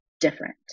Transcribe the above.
different